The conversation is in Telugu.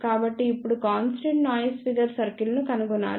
కాబట్టి ఇప్పుడు కాన్స్టెంట్ నాయిస్ ఫిగర్ సర్కిల్ను కనుగొనాలి